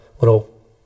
little